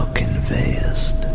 conveyest